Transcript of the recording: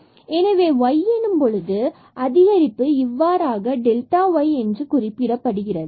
எனவே y எனும் பொழுது அதிகரிப்பு இவ்வாறாக y எனக் குறிக்கப்படுகிறது